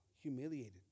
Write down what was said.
humiliated